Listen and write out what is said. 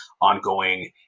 ongoing